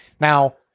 Now